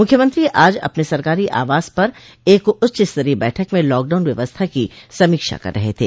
मुख्यमंत्री आज अपने सरकारी आवास पर एक उच्च स्तरीय बैठक में लॉकडाउन व्यवस्था की समीक्षा कर रहे थे